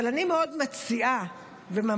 אבל אני מאוד מציעה וממליצה,